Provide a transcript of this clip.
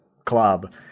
club